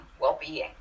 well-being